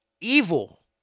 evil